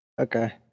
Okay